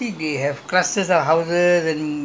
ah not kampung kampung life is different